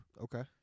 Okay